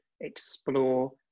explore